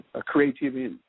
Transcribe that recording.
creativity